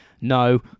No